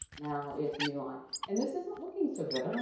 now it's a new line and this isn't looking so good, i